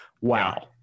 wow